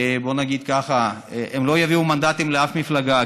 בוא נגיד כך: הם לא יביאו מנדטים לאף מפלגה,